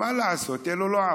מה לעשות, אלה לא ערבים,